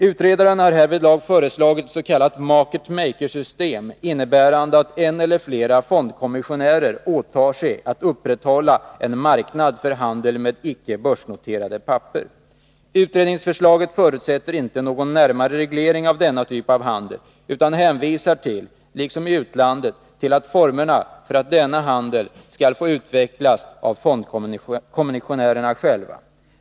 Utredaren har härvidlag föreslagit ett s.k. market maker-system innebärande att en eller flera fondkommissionärer åtar sig att upprätthålla en marknad för handel med icke börsnoterade papper. I utredningsförslaget förutsätts inte någon närmare reglering av denna typ av handel utan hänvisas till att formerna för handeln skall få utvecklas av fondkommissionärerna själva.